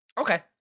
okay